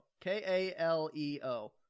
k-a-l-e-o